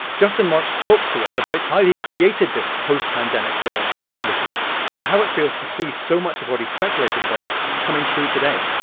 justin marks talks to us about how he created this post-pandemic world for television and how it feels to see so much of what he speculated about coming true today